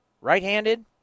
right-handed